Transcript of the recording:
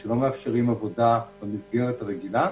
שלא מאפשרים עבודה במסגרת הרגילה,